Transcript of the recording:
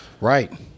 Right